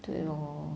对 lor